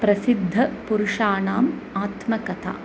प्रसिद्धपुरुषाणाम् आत्मकथा